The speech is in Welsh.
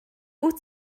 wyt